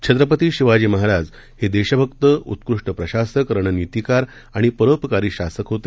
छत्रपती शिवाजी महाराज हे देशभक्त उत्कृष्ट प्रशासक रणनीतीकार आणि परोपकारी शासक होते